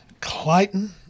Clayton